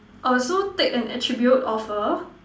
oh so take an attribute of a